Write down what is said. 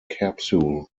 capsule